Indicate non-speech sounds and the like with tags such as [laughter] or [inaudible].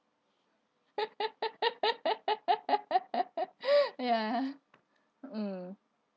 [laughs] ya mm